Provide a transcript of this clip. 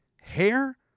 Hair